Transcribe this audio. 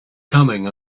coming